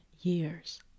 years